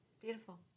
Beautiful